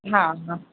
ਹਾਂ ਹਾਂ